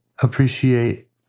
appreciate